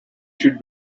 should